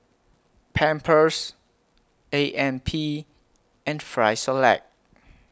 Pampers A M P and Frisolac